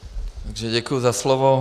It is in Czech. Děkuji za slovo.